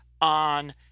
on